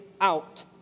out